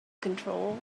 control